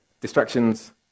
distractions